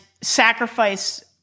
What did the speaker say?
sacrifice